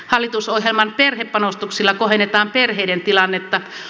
hallitusohjelman perhepanostuksilla kohennetaan perheiden tilannetta